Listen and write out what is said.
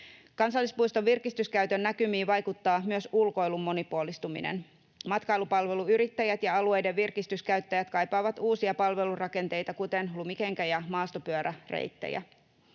Kansallispuiston virkistyskäytön näkymiin vaikuttaa myös ulkoilun monipuolistuminen. Matkailupalveluyrittäjät ja alueiden virkistyskäyttäjät kaipaavat uusia palvelurakenteita, kuten lumikenkä- ja maastopyöräreittejä.